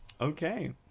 Okay